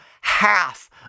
half